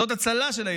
זאת הצלה של הילדים.